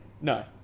No